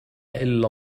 إلا